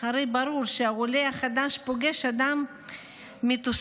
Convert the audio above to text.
הרי ברור שהעולה החדש פוגש אדם מתוסכל,